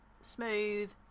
smooth